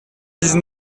dix